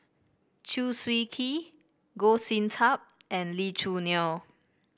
Chew Swee Kee Goh Sin Tub and Lee Choo Neo